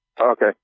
Okay